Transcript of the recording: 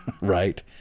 Right